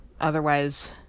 Otherwise